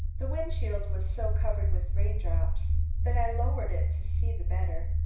the windshield was so covered with rain-drops that i lowered it to see the better,